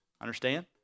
Understand